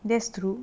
that's true